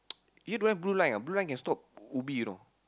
here don't have blue line ah blue line can stop Ubi you know